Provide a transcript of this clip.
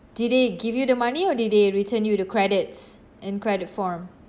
did they give you the money or did they return you the credits in credit form